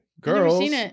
Girls